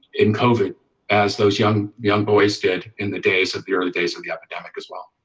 in covent as those young young boys did in the days of the early days of the epic epic as well